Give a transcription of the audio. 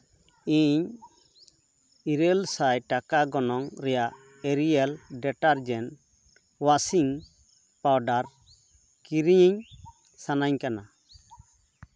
ᱤᱧ ᱤᱨᱟᱹᱞ ᱥᱟᱭ ᱴᱟᱠᱟ ᱜᱚᱱᱚᱝ ᱨᱮᱭᱟᱜ ᱮᱨᱤᱭᱮᱞ ᱰᱤᱴᱟᱨᱡᱮᱱᱴ ᱳᱣᱟᱥᱤᱝ ᱯᱟᱣᱰᱟᱨ ᱠᱤᱨᱤᱧ ᱥᱟᱱᱟᱧ ᱠᱟᱱᱟ